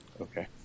Okay